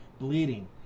bleeding